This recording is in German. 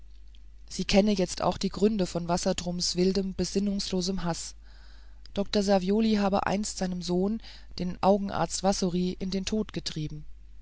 sie kenne jetzt auch die gründe von wassertrums wildem besinnungslosem haß dr savioli habe einst seinen sohn den augenarzt wassory in den tod getrieben